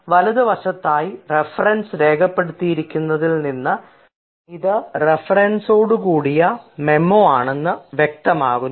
വലതുഭാഗത്തായി reference രേഖപ്പെടുത്തിയിരിക്കുന്നതിൽ നിന്ന് ഇതൊരു റഫറൻസോടു കൂടിയ മെമ്മോ ആണെന്നും വ്യക്തമാക്കുന്നു